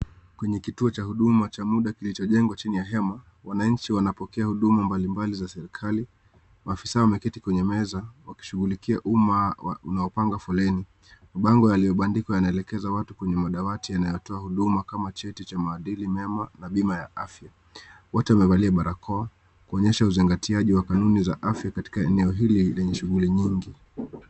Kwenye kituo cha huduma cha muda kilichojengwa chenye hema, wananchi wanapokea huduma mbalimbali za serikali. Maafisa wameketi kwenye meza wakishughulikia umma unaopanga foleni. Mabango yaliyobandikwa yanaelekeza watu kwenye madawati yanayotoa huduma kama cheti cha maadili mema na Bima ya Afya. Wote wamevalia barakoa kuonyesha uzingatiaji wa kanuni za afya katika eneo hili lenye shughuli nyingi.